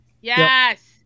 Yes